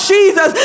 Jesus